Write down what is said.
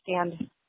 understand